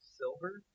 silver